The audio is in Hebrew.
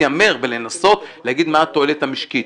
להתיימר ולנסות להגיד מה התועלת המשקית.